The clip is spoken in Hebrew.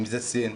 סין,